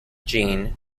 gene